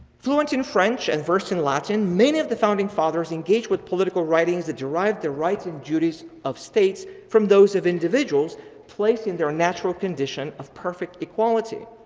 fluent in french and verse in latin many of the founding fathers engaged with political writings that derive their rights and duties of states from those of individuals placed in their natural condition of perfect equality.